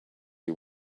you